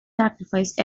sacrificed